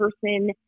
person